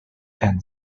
and